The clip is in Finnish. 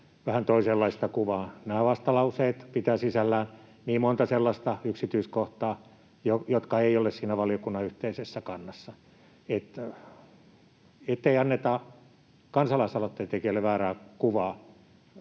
vähän toisenlaista kuvaa. Nämä vastalauseet pitävät sisällään niin monta sellaista yksityiskohtaa, jotka eivät ole siinä valiokunnan yhteisessä kannassa. Toivon, ettei anneta kansalaisaloitteen tekijöille väärää kuvaa.